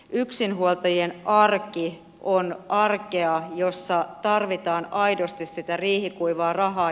yksinhuoltajien arki on arkea jossa tarvitaan aidosti sitä riihikuivaa rahaa